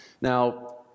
Now